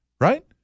Right